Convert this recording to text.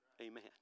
Amen